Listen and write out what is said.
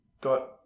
got